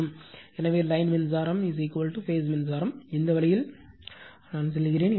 எனவே லைன் மின்சாரம் பேஸ் மின்சாரம் இந்த வழியில் நான் சொல்கிறேன்